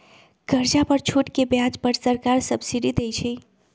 कर्जा पर छूट के ब्याज पर सरकार सब्सिडी देँइ छइ